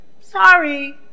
sorry